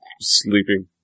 sleeping